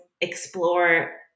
explore